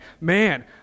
man